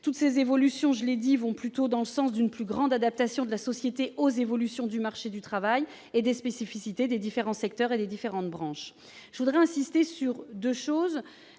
dit, ces évolutions vont dans le sens d'une plus grande adaptation de la société aux évolutions du marché du travail et des spécificités des différents secteurs et des différentes branches. Je voudrais évoquer deux points